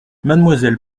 mademoiselle